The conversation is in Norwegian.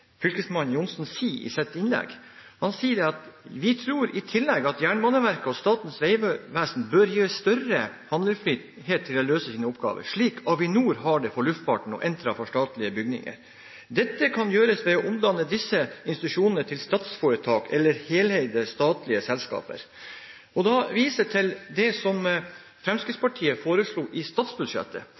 Johnsen sier i sitt innlegg. Han sier: «Vi tror i tillegg at Jernbaneverket og Statens vegvesen bør gis større handlingsfrihet til å løse sine oppgaver, slik Avinor har det for luftfarten og Entra for statlige bygninger. Det kan gjøres ved å omdanne disse institusjonene til statsforetak eller heleide statlige selskaper.» Da viser jeg til det som Fremskrittspartiet foreslo i statsbudsjettet.